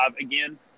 again